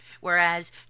whereas